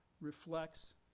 Reflects